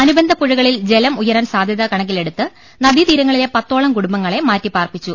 അനുബന്ധ പുഴകളിൽ ജലം ഉയരാൻ സാധ്യത കണക്കിലെടുത്ത് നദീ തീരങ്ങളിലെ പത്തോളം കുടുംബങ്ങളെ മാറ്റി പാർപ്പിച്ചു